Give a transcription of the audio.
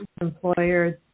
employers